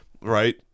right